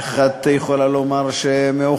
איך את יכולה לומר שמאוחר?